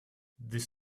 this